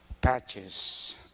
patches